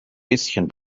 bisschen